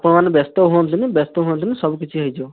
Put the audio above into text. ଆପଣମାନେ ବ୍ୟସ୍ତ ହୁଅନ୍ତୁନି ବ୍ୟସ୍ତ ହୁଅନ୍ତୁନି ସବୁ କିଛି ହେଇଯିବ